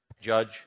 Judge